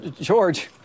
george